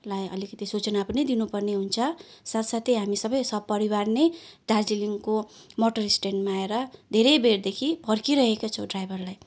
लाई अलिकति सूचना पनि दिनुपर्ने हुन्छ साथसाथै हामी सबै सपरिवार नै दार्जिलिङको मोटर स्ट्यान्डमा आएर धेरैबेरदेखि पर्खिरहेको छौँ ड्राइभरलाई